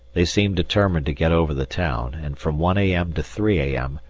they seemed determined to get over the town, and from one a m. to three a m.